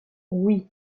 oui